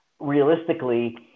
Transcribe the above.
Realistically